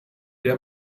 der